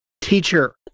teacher